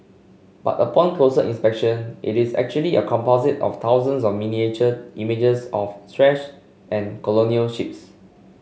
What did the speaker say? but upon closer inspection it is actually a composite of thousands of miniature images of trash and colonial ships